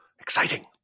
exciting